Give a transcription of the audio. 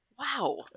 wow